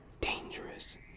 dangerous